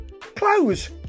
Close